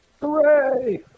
Hooray